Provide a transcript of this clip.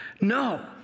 no